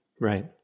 Right